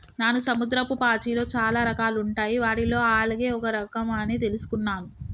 నాను సముద్రపు పాచిలో చాలా రకాలుంటాయి వాటిలో ఆల్గే ఒక రఖం అని తెలుసుకున్నాను